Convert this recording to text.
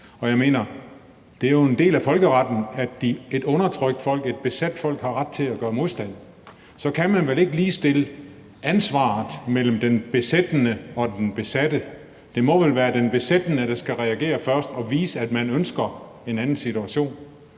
Det er jo en del af folkeretten, at et undertrykt folk, et besat folk, har ret til at gøre modstand. Så kan man vel ikke ligestille den besættende og den besatte, hvad angår ansvar? Det må vel være den besættende, der skal reagere først og vise, at man ønsker en anden situation?